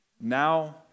now